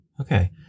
Okay